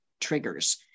triggers